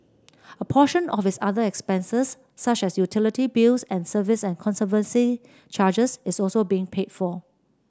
a portion of his other expenses such as utility bills and service and conservancy charges is also being paid for